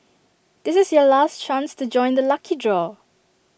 this is your last chance to join the lucky draw